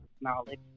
knowledge